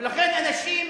ולכן אנשים,